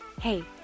Hey